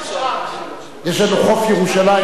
יש לנו חוף ירושלים בתל-אביב.